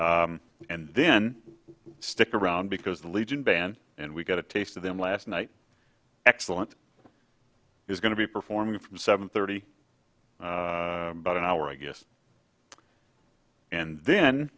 and then stick around because the legion band and we got a taste of them last night excellent is going to be performing from seven thirty about an hour i guess and then